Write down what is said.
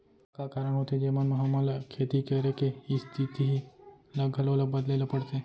का का कारण होथे जेमन मा हमन ला खेती करे के स्तिथि ला घलो ला बदले ला पड़थे?